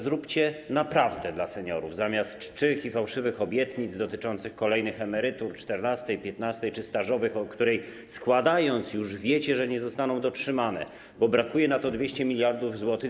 Zróbcie coś naprawdę dla seniorów zamiast czczych i fałszywych obietnic dotyczących kolejnych emerytur, czternastej, piętnastej czy emerytur stażowych, o których, już składając obietnice, wiecie, że nie zostaną dotrzymane, bo brakuje na to 200 mld zł.